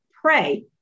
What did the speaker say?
pray